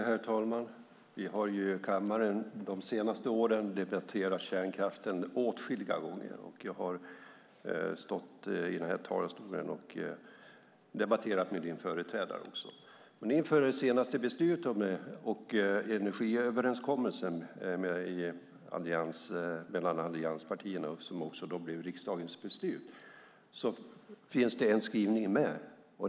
Herr talman! Vi har i kammaren de senaste åren debatterat kärnkraften åtskilliga gånger. Jag har stått i den här talarstolen och debatterat med din företrädare också. Inför det senaste beslutet och energiöverenskommelsen mellan allianspartierna, som också blev riksdagens beslut, fanns det en skrivning.